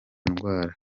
ndwara